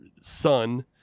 son